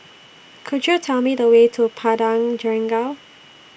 Could YOU Tell Me The Way to Padang Jeringau